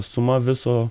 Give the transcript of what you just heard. suma viso